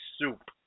soup